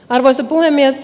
arvoisa puhemies